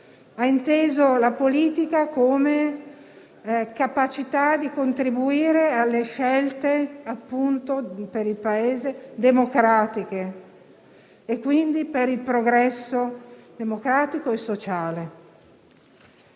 ha inteso la politica come capacità di contribuire alle scelte democratiche per il progresso democratico e sociale